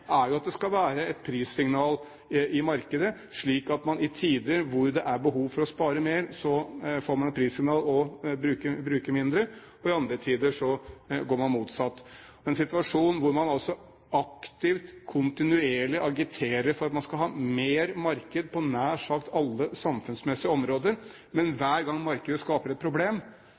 er behov for å spare mer, får et prissignal og bruker mindre. I andre tider går man motsatt. En situasjon hvor man aktivt og kontinuerlig agiterer for at man skal ha mer marked på nær sagt alle samfunnsområder, men hver gang markedet skaper et problem,